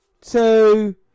Two